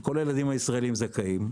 כל הילדים הישראליים זכאים.